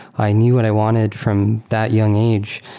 i knew what i wanted from that young age,